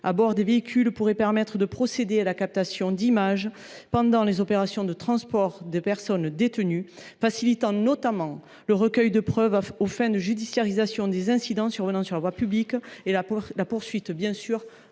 à bord des véhicules pourraient permettre de procéder à la captation d’images pendant les opérations de transport des personnes détenues, ce qui faciliterait le recueil de preuves aux fins de judiciarisation des incidents graves survenant sur la voie publique et la poursuite de